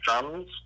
drums